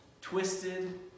twisted